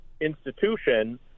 institution